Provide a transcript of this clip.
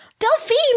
Delphine